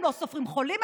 הם לא סופרים חולים,